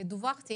דברנו